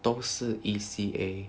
都是 E_C_A